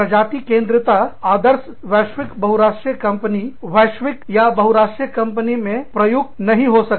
प्रजातिकेंद्रिता आदर्श वैश्विक बहुराष्ट्रीय कंपनी वैश्विक या बहुराष्ट्रीय कंपनी में प्रयुक्त नहीं हो सकते